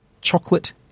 chocolate